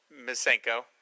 Misenko